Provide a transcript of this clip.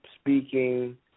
speaking